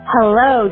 Hello